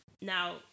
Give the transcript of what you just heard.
Now